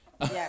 Yes